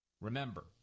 Remember